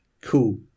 cool